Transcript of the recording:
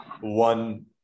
one